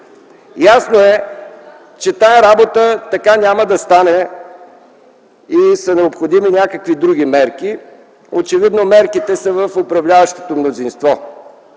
Ясно е, че тая работа няма да стане така и са необходими някакви други мерки. Очевидно мерките са в управляващото мнозинство.